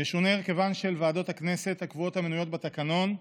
ישונה הרכבן של ועדות הכנסת הקבועות המנויות בתקנון,